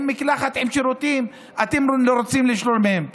מקלחת ועם שירותים אתם רוצים לשלול מהם.